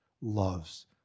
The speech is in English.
loves